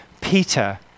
Peter